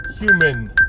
human